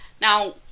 now